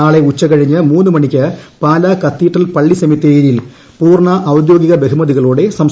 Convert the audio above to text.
നാളെ ഉച്ചകഴിഞ്ഞ് മൂന്ന് മണിക്ക് പാലാ കത്തീഡ്രൽ പള്ളി സെമിത്തേരിയിൽ പൂർണ ഔദ്യോഗിക ബഹുമതികളോടെ സംസ്കാരം നടക്കും